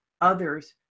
others